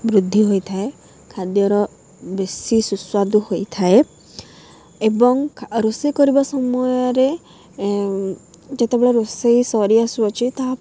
ବୃଦ୍ଧି ହୋଇଥାଏ ଖାଦ୍ୟର ବେଶୀ ସୁସ୍ୱାଦୁ ହୋଇଥାଏ ଏବଂ ରୋଷେଇ କରିବା ସମୟରେ ଯେତେବେଳେ ରୋଷେଇ ସରି ଆସୁଅଛି ତାହା